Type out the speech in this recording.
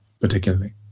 particularly